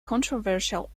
controversial